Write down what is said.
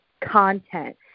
content